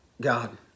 God